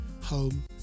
home